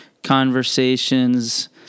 conversations